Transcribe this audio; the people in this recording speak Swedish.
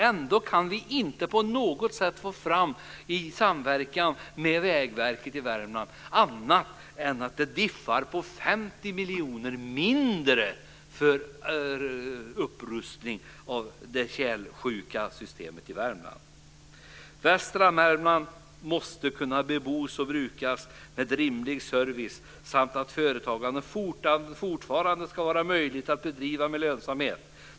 Ändå kan vi inte på något sätt i samverkan med Vägverket i Värmland få fram annat än att det diffar på 50 miljoner mindre för upprustning av det tjälsjuka systemet i Västra Värmland måste kunna bebos och brukas och ha rimlig service. Det ska fortfarande vara möjligt att bedriva företagande med lönsamhet.